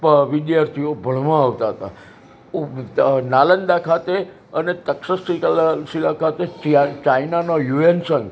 વિદ્યાર્થીઓ ભણવા આવતા હતા નાલંદા ખાતે અને તક્ષ શિલા ખાતે ચાઇનાનાં યુએન્સન